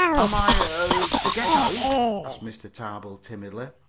am i er to get out? asked mr. tarbill timidly.